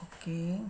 Okay